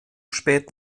spät